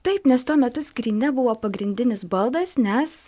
taip nes tuo metu skrynia buvo pagrindinis baldas nes